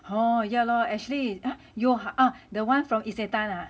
hor ya lor actually you ah the one from Isetan